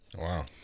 Wow